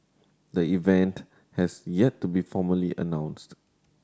the event has yet to be formally announced